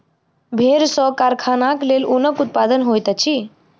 भेड़ सॅ कारखानाक लेल ऊनक उत्पादन होइत अछि